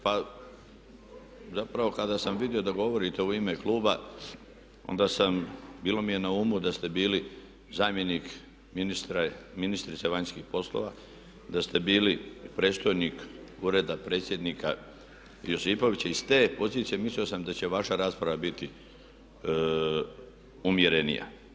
Pa zapravo kada sam vidio da govorite u ime kluba, onda sam, bilo mi je na umu da ste bili zamjenik ministrice vanjskih poslova, da ste bili predstojnik Ureda predsjednika Josipovića i iz te pozicije mislio sam da će vaša rasprava biti umjerenija.